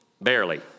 barely